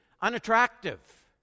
unattractive